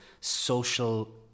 social